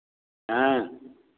हाँ